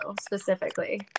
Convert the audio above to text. specifically